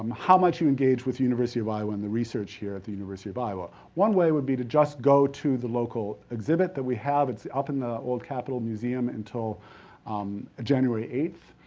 um how might you engage with the university of iowa and the research here at the university of iowa? one way would be to just go to the local exhibit that we have. it's up in the old capitol museum until january eighth.